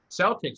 Celtics